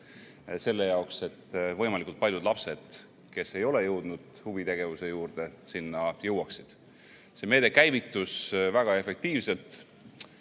selle jaoks, et võimalikult paljud lapsed, kes ei ole jõudnud huvitegevuse juurde, selle juurde jõuaksid. See meede käivitus väga efektiivselt.